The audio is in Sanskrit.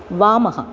वामः